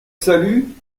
salut